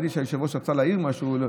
ראיתי שהיושב-ראש רצה להעיר משהו.